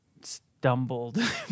stumbled